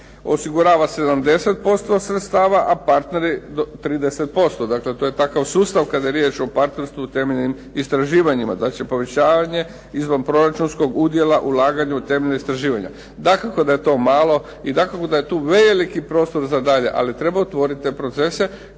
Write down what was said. osigurava 70% od sredstava, a partneri 30%. Dakle, to je takav sustav kada je riječ o partnerstvu u temeljnim istraživanjima. Znači povećavanje izvanproračunskog udjela u ulaganja u temeljna istraživanja. Dakako da je to malo i dakako da je tu veliki prostor za dalje. Ali treba otvoriti te procese